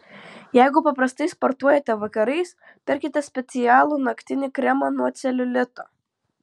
jeigu paprastai sportuojate vakarais pirkite specialų naktinį kremą nuo celiulito